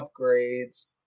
upgrades